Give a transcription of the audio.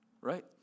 Right